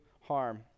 harm